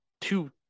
two